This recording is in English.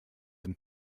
than